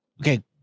Okay